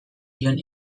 jon